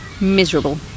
Miserable